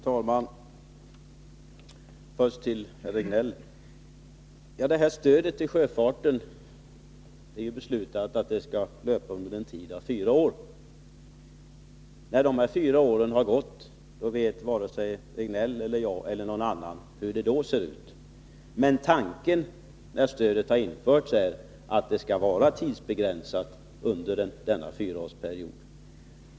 Fru talman! Först till Göran Riegnell. Det är beslutat att stödet till sjöfarten skall löpa under en tid av fyra år. När dessa fyra år har gått vet varken Göran Riegnell eller jag eller någon annan hur det ser ut. Men när stödet infördes var tanken att det skulle vara tidsbegränsat under denna fyraårsperiod.